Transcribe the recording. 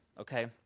Okay